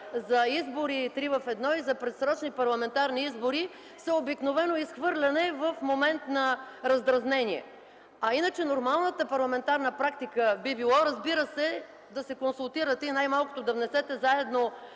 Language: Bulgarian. за избори три в едно, за предсрочни парламентарни избори са обикновено изхвърляне в момент на раздразнение. Иначе нормалната парламентарна практика би била да се консултирате, най-малкото, да внесете заедно